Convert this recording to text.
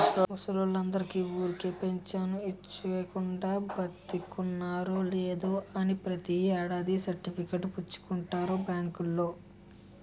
ముసలోల్లందరికీ ఊరికే పెంచను ఇచ్చీకుండా, బతికున్నారో లేదో అని ప్రతి ఏడాది సర్టిఫికేట్ పుచ్చుకుంటారు బాంకోల్లు